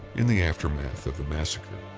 in the aftermath of the massacre,